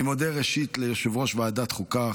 אני מודה ראשית ליושב-ראש ועדת החוקה,